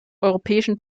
europäischen